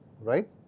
right